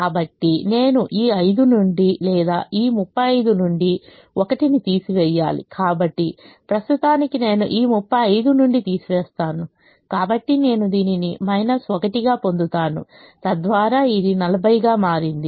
కాబట్టి నేను ఈ 5 నుండి లేదా ఈ 35 నుండి 1 ను తీసివేయాలి కాబట్టి ప్రస్తుతానికి నేను ఈ 35 నుండి తీసివేస్తాను కాబట్టి నేను దీనిని 1 గా పొందుతాను తద్వారా ఇది 40 గా మారింది